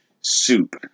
soup